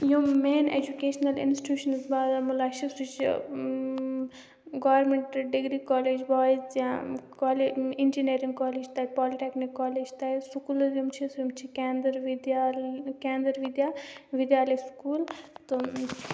یِم main educational institutions Baramulla چھِ سُہ چھِ گورمٮ۪نٛٹ ڈِگری کالیج بایِز یا کالے اِنجٔنیرِنٛگ کالیج تَتہِ پالٹٮ۪کنِک کالیج سٕکوٗلٕز یِم چھِ تِم چھِ کیندٕر وِدیا کیندٕر وِدیا وِدیالے سکوٗل تہٕ